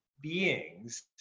beings